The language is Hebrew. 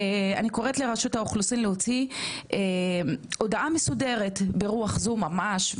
אני קוראת לרשות האוכלוסין להוציא הודעה מסודרת ברוח זו ממש,